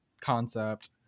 concept